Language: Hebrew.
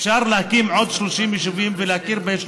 אפשר להקים עוד 30 יישובים ולהכיר בהם.